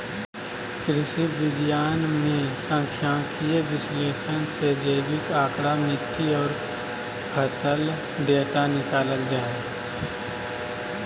कृषि विज्ञान मे सांख्यिकीय विश्लेषण से जैविक आंकड़ा, मिट्टी आर फसल डेटा निकालल जा हय